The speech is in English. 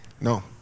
No